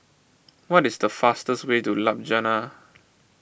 what is the fastest way to Ljubljana